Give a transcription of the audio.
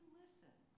listen